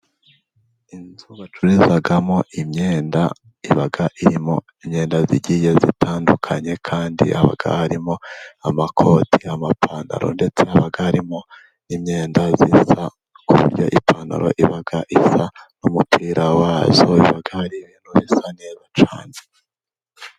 Inzu bacururizagamo imyenda, iba irimo imyenda igiye itandukanye kandi haba harimo amakoti, amapantaro, ndetse haba harimo imyenda isa ku buryo ipantaro iba isa n'umupira wayo biba ari ibintu bisa neza cyane.